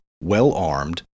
well-armed